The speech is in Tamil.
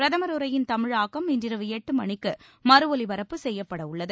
பிரதமர் உரையின் தமிழாக்கம் இன்றிரவு எட்டுமணிக்கு மறு ஒலிபரப்பு செய்யப்பட உள்ளது